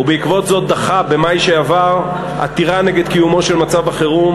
ובעקבות זאת דחה במאי שעבר עתירה נגד קיומו של מצב החירום